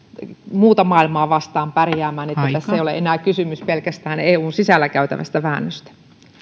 muuta maailmaa vastaan pärjäämään niin että tässä ei ole enää kysymys pelkästään eun sisällä käytävästä väännöstä